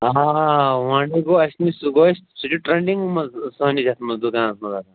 آ ہا ہا ہا گوٚو اَسہِ نِش سُہ گوٚو اَسہِ سُہ چھُ ٹرٛینٛڈِنٛگ منٛز سٲنِس یَتھ منٛز دُکانَس منٛز آسان